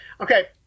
Okay